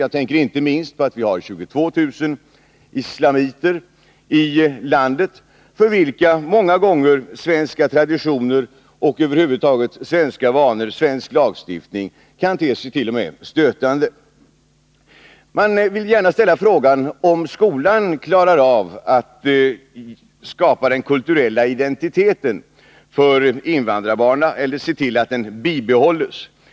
Jag tänker inte minst på att vi har 22 000 islamiter i landet, för vilka många gånger svenska traditioner och över huvud taget svenska vanor och svensk lagstiftning kan te sig t.o.m. stötande. Man vill gärna ställa frågan om skolan klarar av att skapa den kulturella identiteten för invandrarbarnen eller se till att den bibehålles.